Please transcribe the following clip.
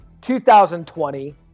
2020